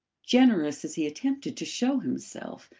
generous as he attempted to show himself,